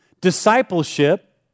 Discipleship